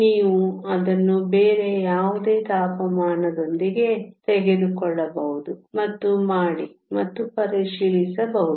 ನೀವು ಅದನ್ನು ಬೇರೆ ಯಾವುದೇ ತಾಪಮಾನದೊಂದಿಗೆ ತೆಗೆದುಕೊಳ್ಳಬಹುದು ಮತ್ತು ಮಾಡಿ ಮತ್ತು ಪರಿಶೀಲಿಸಬಹುದು